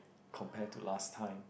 compare to last time